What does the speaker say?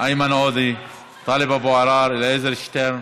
איימן עודה, טלב אבו עראר, אלעזר שטרן,